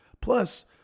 Plus